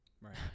Right